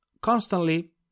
constantly